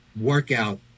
workout